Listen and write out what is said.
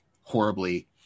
horribly